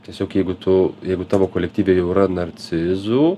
tiesiog jeigu tu jeigu tavo kolektyve jau yra narcizų